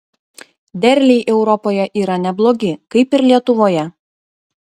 derliai europoje yra neblogi kaip ir lietuvoje